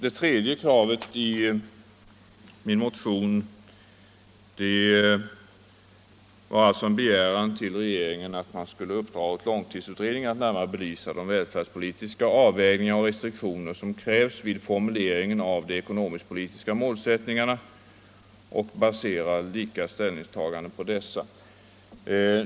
Det tredje kravet i min motion var en begäran till regeringen att uppdra åt långtidsutredningen att närmare belysa de välfärdspolitiska avvägningar och restriktioner som krävs vid formuleringen av de ekonomisk-politiska målsättningarna och att basera viktiga ställningstaganden på dessa.